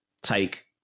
take